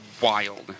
wild